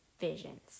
visions